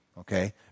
Okay